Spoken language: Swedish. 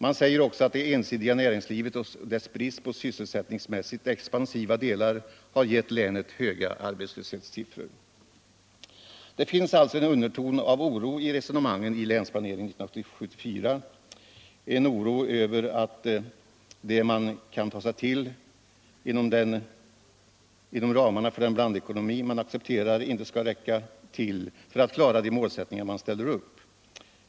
Man säger också att det ensidiga näringslivet och dess brist på sysselsättningsmässigt expansiva delar har givit länet höga arbetslöshetssiffror. Det finns alltså en underton av oro i resonemangen i Länsplancering 1974, en oro över att det som man kan göra inom ramarna för den blandekonomi man accepterar inte skall räcka till för att klara de målsättningar man ställer upp.